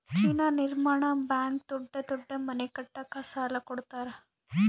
China ನಿರ್ಮಾಣ bank ದೊಡ್ಡ ದೊಡ್ಡ ಮನೆ ಕಟ್ಟಕ ಸಾಲ ಕೋಡತರಾ